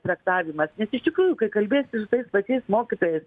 traktavimas nes iš tikrųjų kai kalbiesi ir su tais pačiais mokytojais